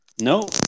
no